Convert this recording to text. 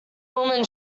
woman